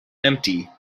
empty